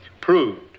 proved